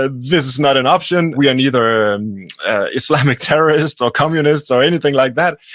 ah this is not an option. we are neither islamic terrorists or communists or anything like that.